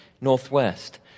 northwest